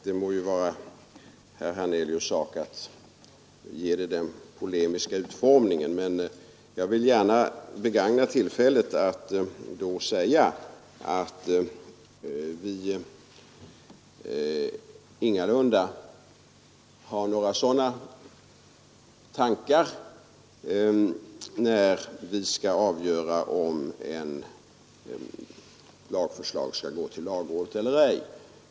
Det må vara herr Hernelius” sak om han vill ge frågan denna polemiska utformning, men jag vill gärna begagna tillfället att säga, att vi ingalunda har några sådana tankar när vi avgör om ett lagförslag skall gå till lagrådet eller ej.